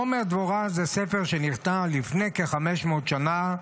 תומר דבורה זה ספר שנכתב לפני כ-500 שנה,